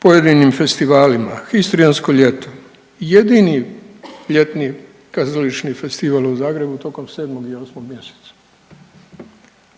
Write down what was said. pojedinim festivalima „Histrijansko ljeto“, jedini ljetni kazališni festival u Zagrebu tokom 7. i 8. mjeseca,